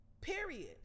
period